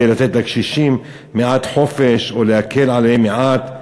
לתת לקשישים מעט חופש או להקל עליהם מעט?